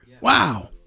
Wow